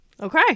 Okay